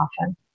often